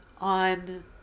on